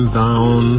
down